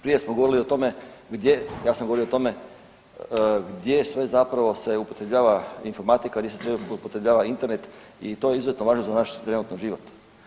Prije smo govorili o tome gdje, ja sam govorio o tome gdje sve zapravo se upotrebljava informatika, gdje se sve upotrebljava Internet i to je izuzetno važno za naš trenutno život.